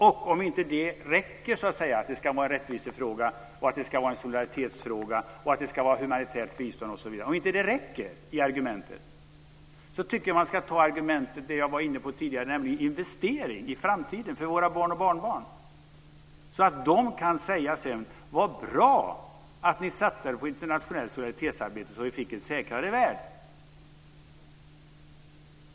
Och om det inte räcker att det ska vara en rättvisefråga, att det ska vara en solidaritetsfråga och att det ska vara humanitärt bistånd, tycker jag att man ska ta argumentet som jag var inne på tidigare, nämligen att det är en investering i framtiden för våra barn och barnbarn, så att de kan säga sedan: Vad bra att ni satsade på internationellt solidaritetsarbete så att vi fick en säkrare värld.